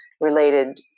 related